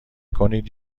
کنید